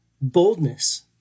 Boldness